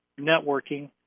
networking